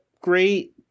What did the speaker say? great